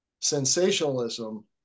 sensationalism